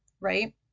right